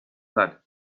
flood